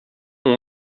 ont